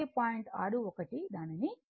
దానిని శుభ్రం చేస్తాను